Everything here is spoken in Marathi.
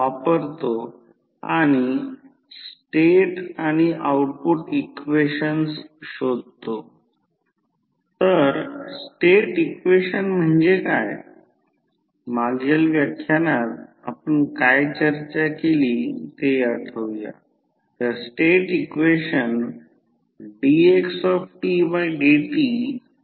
उदाहरणार्थ अनेक जण जेव्हा power station transmission line distribution line बघतो तेव्हा व्होल्टेजचे वेगवेगळे स्तर असतात आणि त्या व्होल्टेजच्या स्टेप असतात किंवा फक्त स्टेप अप किंवा स्टेप डाउन ट्रान्सफॉर्मर्सला काय म्हणतात